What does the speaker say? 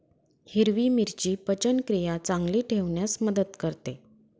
हिरवी मिरची पचनक्रिया चांगली ठेवण्यास मदत करते